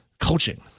coaching